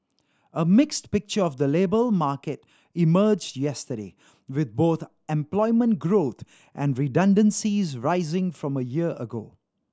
a mixed picture of the labour market emerged yesterday with both employment growth and redundancies rising from a year ago